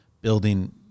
building